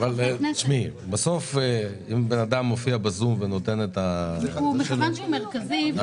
אבל אם אדם מופיע בזום ואומר את דבריו --- מכיוון שהוא מרכזי בדיון,